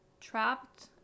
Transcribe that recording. trapped